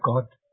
God